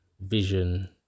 vision